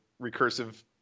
recursive